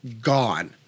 gone